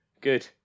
Good